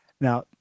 Now